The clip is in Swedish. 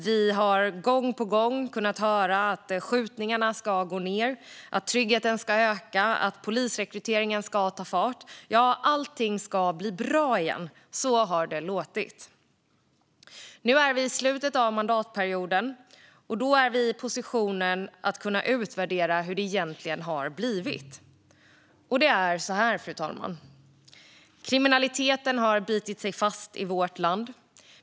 Vi har gång på gång kunnat höra att skjutningarna ska gå ned, att tryggheten ska öka, att polisrekryteringen ska ta fart - ja, allting ska bli bra igen. Så har det låtit. Nu är vi i slutet av mandatperioden, och vi är i position att kunna utvärdera hur det egentligen har blivit. Och det är så här, fru talman: Kriminaliteten har bitit sig fast i vårt land.